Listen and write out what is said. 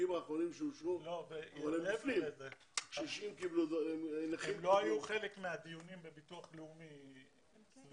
הם לא היו חלק מהדיונים בביטוח לאומי.